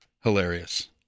hilarious